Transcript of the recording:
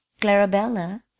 clarabella